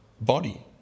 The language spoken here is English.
body